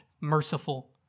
merciful